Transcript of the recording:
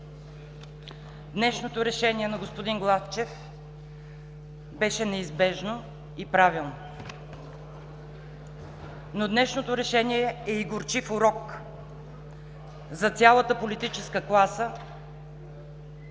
Днешното решение на господин Главчев беше неизбежно и правилно. Но днешното решение е и горчив урок за цялата политическа класа